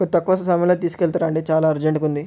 కొద్ది తక్కువ సమయంలో తీసుకెళ్తారా అండి చాలా అర్జెంటుగా ఉంది